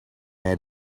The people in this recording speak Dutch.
mij